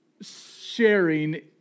sharing